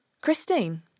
Christine